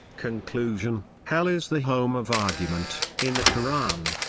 conclusion hell is the home of argument in the koran,